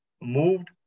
moved